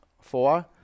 Four